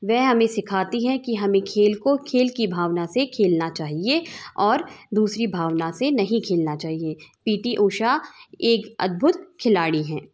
वह हमें सिखाती हैं कि हमें खेल को खेल की भावना से खेलना चाहिए और दूसरी भावना से नहीं खेलना चाहिए पी टी ऊषा एक अद्भुत खिलाड़ी हैं